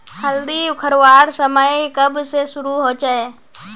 हल्दी उखरवार समय कब से शुरू होचए?